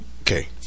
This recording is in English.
Okay